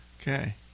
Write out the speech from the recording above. Okay